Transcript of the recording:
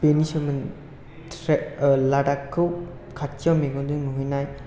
बेनि सोमोन त्रेक लादाखखौ खाथियाव मेगनजों नुहैनाय